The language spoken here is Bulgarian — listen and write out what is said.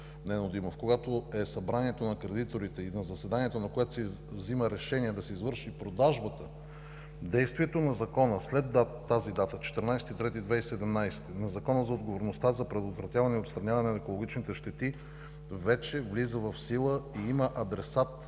когато е събранието на кредиторите и на заседанието, на която се взима решение да се извърши продажбата, действието на Закона след тази дата, на Закона за отговорността за предотвратяване и отстраняване на екологичните щети вече влиза в сила, има адресат